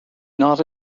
not